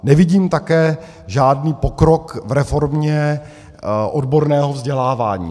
Nevidím také žádný pokrok v reformě odborného vzdělávání.